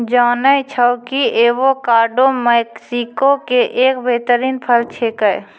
जानै छौ कि एवोकाडो मैक्सिको के एक बेहतरीन फल छेकै